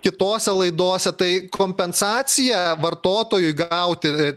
kitose laidose tai kompensacija vartotojui gauti